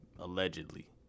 Allegedly